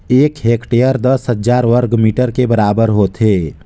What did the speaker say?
एक हेक्टेयर दस हजार वर्ग मीटर के बराबर होथे